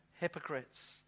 hypocrites